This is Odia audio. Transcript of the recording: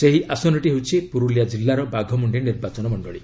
ସେହି ଆସନଟି ହେଉଛି ପୁରୁଲିଆ କିଲ୍ଲାର ବାଘମୁଣ୍ଡି ନିର୍ବାଚନ ମଣ୍ଡଳୀ